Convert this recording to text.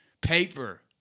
Paper